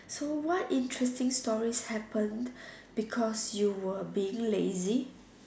so what interesting stories happened because you were being lazy